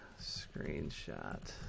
screenshot